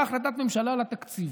הייתה החלטת ממשלה על התקציב.